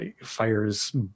fires